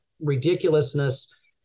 ridiculousness